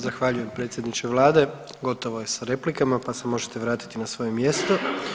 Zahvaljujem predsjedniče vlade, gotovo je sa replikama pa se možete vratiti na svoje mjesto.